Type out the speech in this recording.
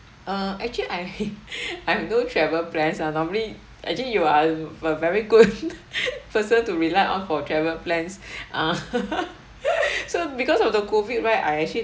err actually I I have no travel plans lah normally actually you are a a very good person to rely on for travel plans ah so because of the COVID right I actually